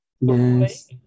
Yes